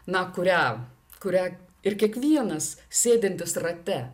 na kurią kurią ir kiekvienas sėdintis rate